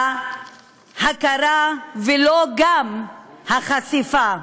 ההכרה וגם לא החשיפה.